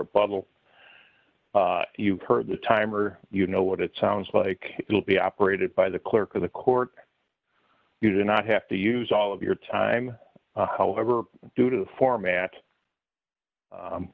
republican you've heard the time or you know what it sounds like it will be operated by the clerk of the court you do not have to use all of your time however due to the format